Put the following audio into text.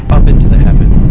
up into the heavens.